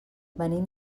venim